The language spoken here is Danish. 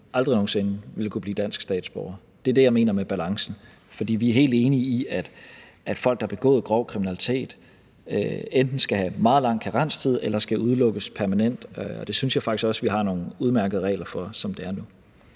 aldrig nogen sinde vil kunne blive dansk statsborger. Det er det, jeg mener med balancen. For vi er helt enige i, at folk, der har begået grov kriminalitet, enten skal have meget lang karenstid eller udelukkes permanent. Og det synes jeg faktisk også vi har nogle udmærkede regler for, som det er nu.